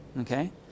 Okay